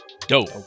dope